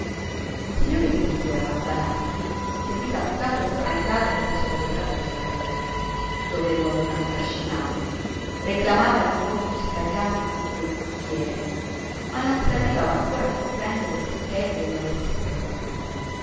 il signore grigio allampanato seguitava intanto a sbraitare presso la vetrata d'un caffè dove lo avevano trascinato reclamava l'involto scagliato contro il cocchiere ma non s'arrivava ancora a comprendere perché glielo avesse scagliato